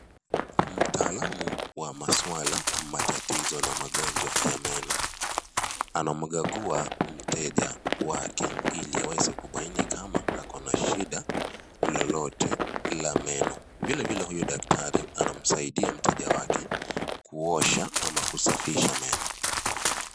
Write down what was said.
Mtaalamu wa masuala, matatizo na magonjwa ya meno anamkagua mteja wake ili aweze kubaini kama akona shida lolote la meno. Vilevile huyu daktari anamsaidia mteja wake kuosha ama kusafisha meno.